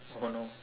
oh no